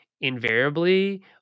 invariably